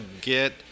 get